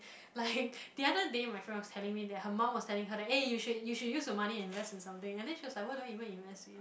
like the other day my friend was telling me that her mum was telling her eh you should you should use your money and invest in something and she's like what do I even invest in